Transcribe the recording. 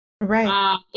Right